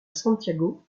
santiago